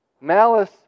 Malice